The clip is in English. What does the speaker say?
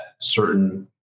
certain